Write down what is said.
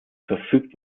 verfügt